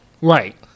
Right